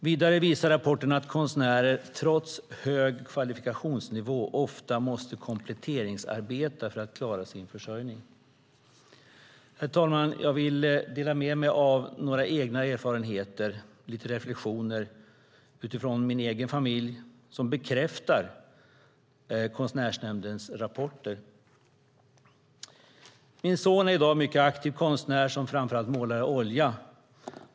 Vidare visar rapporten att konstnärer trots hög kvalifikationsnivå ofta måste kompletteringsarbeta för att klara sin försörjning. Herr talman! Jag vill göra några reflexioner och dela med mig av några egna erfarenheter från min egen familj som bekräftar Konstnärsnämndens rapporter. Min son är i dag en mycket aktiv konstnär som framför allt målar i olja.